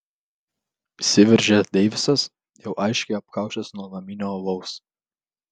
įsiveržia deivisas jau aiškiai apkaušęs nuo naminio alaus